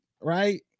right